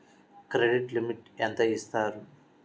Credit limit ఎంత ఇస్తారు?